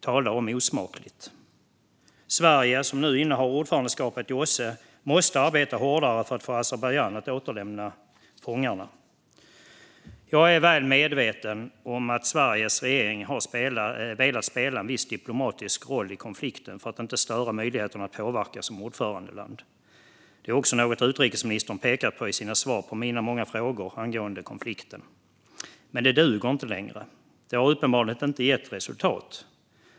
Tala om osmakligt! Sverige, som nu innehar ordförandeskapet i OSSE, måste arbeta hårdare för att få Azerbajdzjan att återlämna fångarna. Jag är väl medveten om att Sveriges regering har velat spela en viss diplomatisk roll i konflikten för att inte störa möjligheterna att påverka som ordförandeland. Det är också något utrikesministern pekat på i sina svar på mina många frågor angående konflikten. Men det duger inte längre. Det har uppenbarligen inte gett resultat.